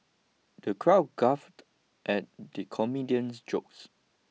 the crowd guffawed at the comedian's jokes